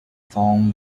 song